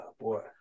boy